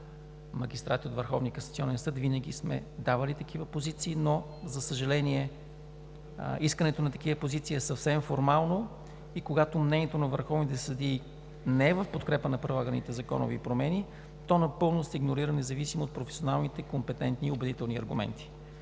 касационен съд, винаги сме давали такива позиции, но, за съжаление, искането на такива позиции е съвсем формално и когато мнението на върховните съдии не е в подкрепа на прилаганите законови промени, то напълно се игнорира, независимо от професионалните компетентни и убедителни аргументи.